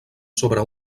sobre